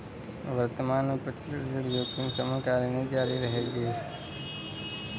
वर्तमान में प्रचलित ऋण जोखिम शमन कार्यनीति जारी रहेगी